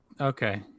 Okay